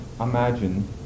imagine